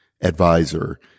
advisor